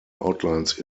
outlines